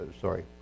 Sorry